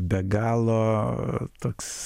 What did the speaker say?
be galo toks